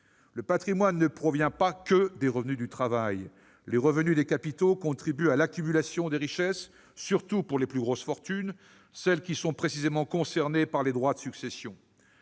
Le patrimoine ne provient pas que des revenus du travail. Les revenus des capitaux contribuent à l'accumulation de richesses, surtout pour les plus grosses fortunes, celles qui sont précisément concernées par les droits de succession.